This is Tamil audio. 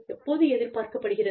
எப்போது எதிர்பார்க்கப்படுகிறது